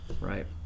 Right